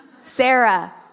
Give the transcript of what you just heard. Sarah